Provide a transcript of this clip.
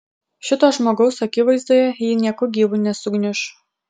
šito žmogaus akivaizdoje ji nieku gyvu nesugniuš